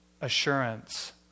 assurance